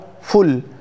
full